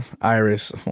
iris